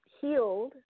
healed